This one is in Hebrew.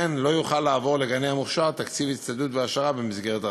לא יוכל לעבור לגני המוכש"ר תקציב הצטיידות והעשרה במסגרת הרפורמה.